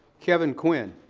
kevin quinn.